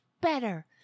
better